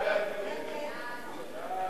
ההצעה להעביר את הצעת חוק התקשורת (בזק ושידורים) (תיקון מס'